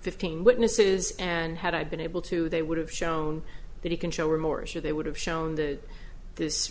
fifteen witnesses and had i been able to they would have shown that he can show remorse or they would have shown that